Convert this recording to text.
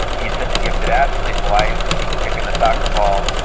he's such a gifted athlete. why isn't he kicking a soccer ball,